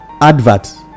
advert